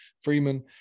Freeman